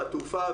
התעופה,